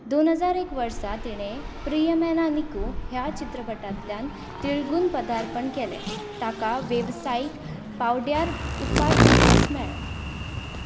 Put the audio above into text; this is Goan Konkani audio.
दोन हजार एक वर्सा तिणे प्रियमैना नीकू ह्या चित्रपटांतल्यान तेळगून पदार्पण केलें ताका वेवसायीक पांवड्यार उपाट येस मेळ्ळें